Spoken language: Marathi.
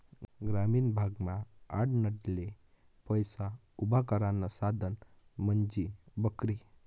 ग्रामीण भागमा आडनडले पैसा उभा करानं साधन म्हंजी बकरी